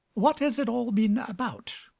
what has it all been about?